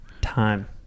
time